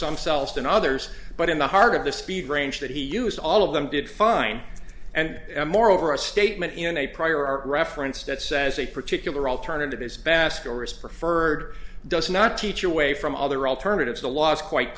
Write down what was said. some cells than others but in the part of the speed range that he used all of them did fine and moreover a statement in a prior art reference that says a particular alternative is best or is preferred does not teach away from other alternatives the last quite